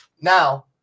now